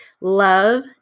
love